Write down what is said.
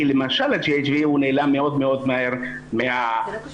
כי למשל ה-GHB נעלם מאוד מאוד מהר מהגוף,